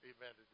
Amen